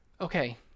okay